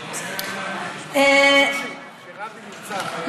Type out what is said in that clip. כשרבין נרצח.